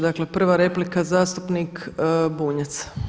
Dakle, prva replika zastupnik Bunjac.